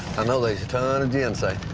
i know they's a ton a ginseng.